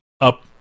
up